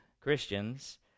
Christians